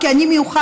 כי אני מיוחד.